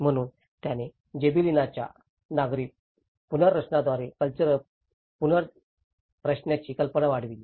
म्हणून त्याने जेबिलिनाच्या नागरी पुनर्रचनाद्वारे कल्चरल पुनर्जागरणाची कल्पना वाढविली